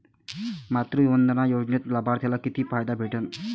मातृवंदना योजनेत लाभार्थ्याले किती फायदा भेटन?